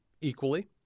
equally